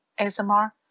ASMR